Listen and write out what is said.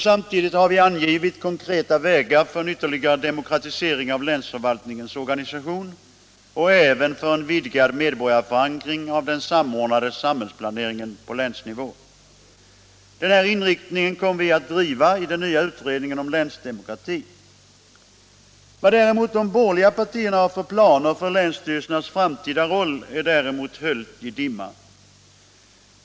Samtidigt har vi angivit konkreta vägar för en ytterligare demokratisering av länsförvaltningens organisation och även för en vidgad medborgarförankring av den samordnande samhällsplaneringen på länsnivån. Den här inriktningen kommer vi att driva i den nya utredningen om länsdemokrati. Vad de borgerliga partierna har för planer för länsstyrelsens framtida roll är däremot höljt i dimma.